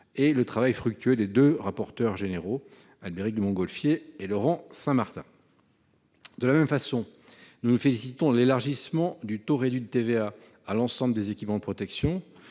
et le travail fructueux des deux rapporteurs généraux, Albéric de Montgolfier et Laurent Saint-Martin. De la même façon, nous nous félicitons de l'élargissement du taux réduit de TVA à l'ensemble des équipements de protection.